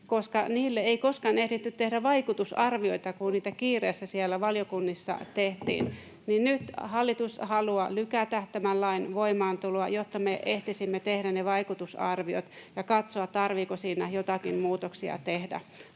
koska niille ei koskaan ehditty tehdä vaikutusarvioita, silloin kun niitä kiireessä siellä valiokunnissa tehtiin. Nyt hallitus haluaa lykätä tämän lain voimaantuloa, jotta me ehtisimme tehdä ne vaikutusarviot ja katsoa, tarvitseeko siinä tehdä joitakin muutoksia.